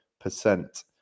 percent